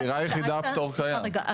סליחה, רגע.